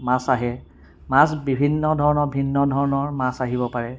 মাছ আহে মাছ বিভিন্ন ধৰণৰ ভিন্ন ধৰণৰ মাছ আহিব পাৰে